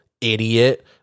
idiot